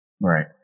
Right